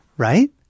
right